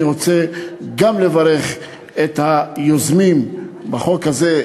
אני רוצה גם לברך את היוזמים בחוק הזה,